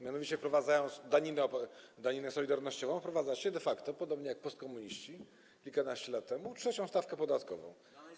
Mianowicie wprowadzając daninę solidarnościową, wprowadzacie de facto, podobnie jak postkomuniści kilkanaście lat temu, trzecią stawkę podatkową.